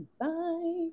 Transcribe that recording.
Bye